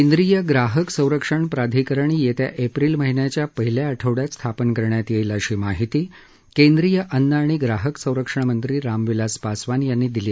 केंद्रीय ग्राहक संरक्षण प्राधिकरण येत्या एप्रिल महिन्याच्या पहिल्या आठवड्यात स्थापन करण्यात येईल अशी माहिती केंद्रीय अन्न आणि ग्राहक संरक्षण मंत्री रामविलास पासवान यांनी दिली